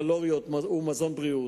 קלוריות ומזון בריאות.